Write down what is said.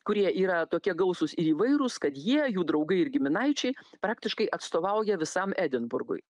kurie yra tokie gausūs ir įvairūs kad jie jų draugai ir giminaičiai praktiškai atstovauja visam edinburgui